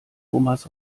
thomas